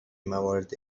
موارد